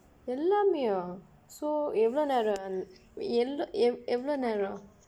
எல்லாமேயா:ellaameya so எவ்வளவு நேரம் அந்த எல்லா எவ்வளவு நேரம் :evvalavu neram anta ella evvalavu neram